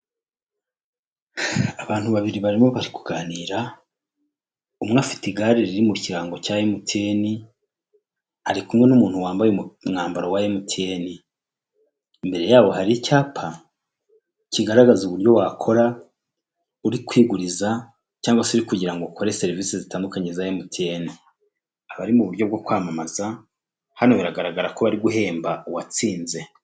Abantu babiri barimo bari kuganira, umwe afite igare riri mu kirango cya emutiyeni, ari kumwe n'umuntu wambaye umwambaro wa emutiyeni. Imbere yabo hari icyapa, kigaragaza uburyo wakora, uri kwiguriza, cyangwa se kugira ngo ukore serivisi zitandukanye za emutiyeni, abari mu buryo bwo kwamamaza, hano biragaragara ko bari guhemba uwatsinze.